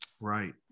Right